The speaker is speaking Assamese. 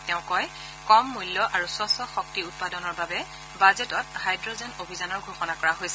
তেওঁ কয় যে কম মূল্য আৰু স্বচ্ছ শক্তি উৎপাদনৰ বাবে বাজেটত হাইড্ৰ'জেন অভিযানৰ ঘোষণা কৰা হৈছিল